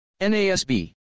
NASB